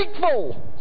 thankful